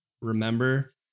remember